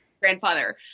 Grandfather